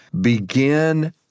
begin